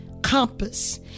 compass